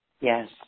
Yes